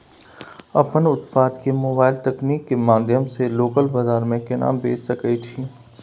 अपन उत्पाद के मोबाइल तकनीक के माध्यम से लोकल बाजार में केना बेच सकै छी?